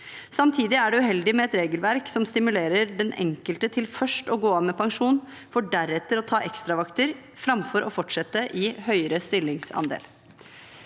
Samtidig er det uheldig med et regelverk som stimulerer den enkelte til først å gå av med pensjon for deretter å ta ekstravakter, framfor å fortsette i en høyere stillingsandel.